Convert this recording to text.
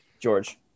George